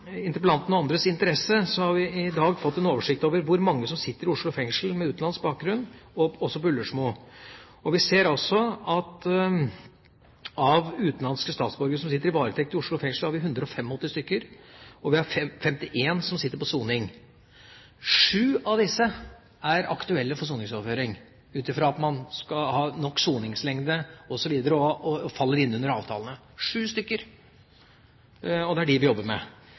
og andres interesse: Vi har i dag fått en oversikt over hvor mange med utenlandsk bakgrunn som sitter i Oslo fengsel, og også på Ullersmo. Vi ser at av utenlandske statsborgere som sitter i varetekt i Oslo fengsel, har vi 185 stykker, og vi har 51 som sitter på soning. Sju av disse er aktuelle for soningsoverføring, ut fra at man skal ha nok soningslengde osv. og faller inn under avtalene – sju stykker. Og det er dem vi jobber med.